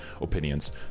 opinions